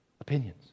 Opinions